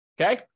Okay